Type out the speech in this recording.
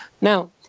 now